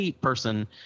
person